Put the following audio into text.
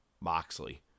Moxley